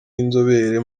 inzobere